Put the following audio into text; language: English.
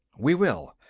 we will.